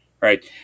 right